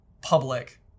public